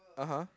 (uh huh)